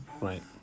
right